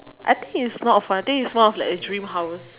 I think it's not fun I think it's more of a dream house